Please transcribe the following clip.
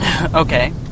Okay